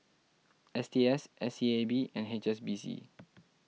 S T S S E A B and H S B C